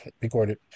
recorded